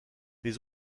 les